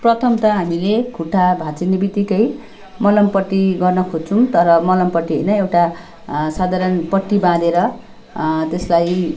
प्रथम त हामीले खुट्टा भाँचिनेबित्तिकै मलमपट्टी गर्न खोज्छौँ तर मलमपट्टी होइन एउटा साधारण पट्टी बाँधेर त्यसलाई